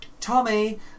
Tommy